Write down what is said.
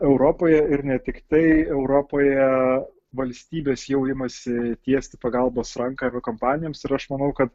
europoje ir ne tiktai europoje valstybės jau imasi tiesti pagalbos ranką aviakompanijoms ir aš manau kad